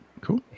Cool